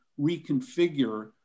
reconfigure